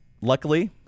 luckily